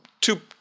two